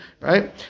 right